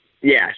Yes